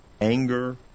Anger